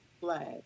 flag